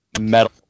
metal